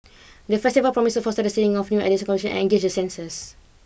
the festival promises to foster the seeding of new ideas and engage the senses